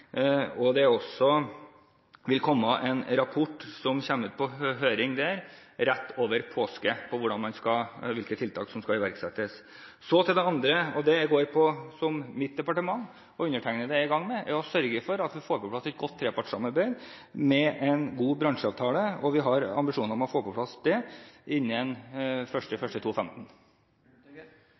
som går på mitt departement og er noe som undertegnede er i gang med, nemlig å sørge for at vi får på plass et godt trepartssamarbeid, med en god bransjeavtale. Vi har ambisjoner om å få på plass det innen